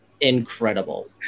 incredible